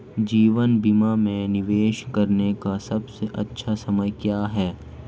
जीवन बीमा में निवेश करने का सबसे अच्छा समय क्या है?